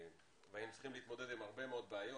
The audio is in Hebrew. והיינו צריכים להתמודד ע ם הרבה מאוד בעיות